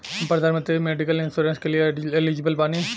हम प्रधानमंत्री medical insurance के लिए एलिजिबल बानी?